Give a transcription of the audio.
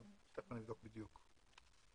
תיכף אני אבדוק בדיוק.